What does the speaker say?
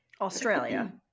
Australia